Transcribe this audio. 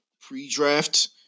pre-draft